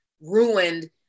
ruined